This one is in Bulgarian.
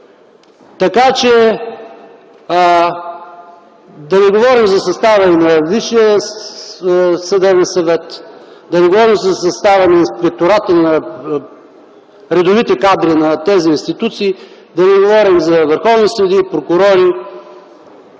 са тук! Да не говорим за състава на Висшия съдебен съвет, да не говорим за състава на Инспектората, на редовите кадри на тези институции, да не говорим за върховни съдии, прокурори,